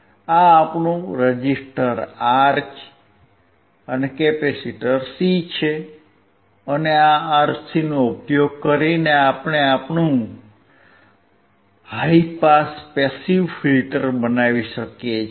આ આપણું R resistor અને C કેપેસિટર છે અને આ RC નો ઉપયોગ કરીને આપણે આપણું હાઇ પાસ પેસીવ ફિલ્ટર બનાવી શકીએ છીએ